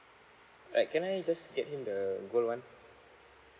right can I just get him the gold one